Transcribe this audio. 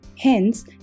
Hence